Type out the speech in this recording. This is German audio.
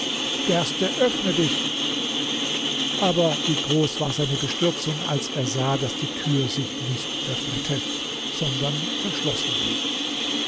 gerste öffne dich aber wie groß war seine bestürzung als er sah daß die tür sich nicht öffnete sondern verschlossen blieb